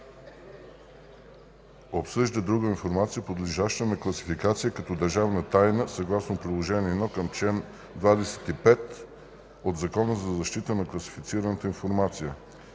обсъжда друга информация, подлежаща на класификация като държавна тайна, съгласно Приложение 1 към чл. 25 от Закона за защита на класифицираната информация.